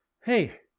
hey